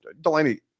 Delaney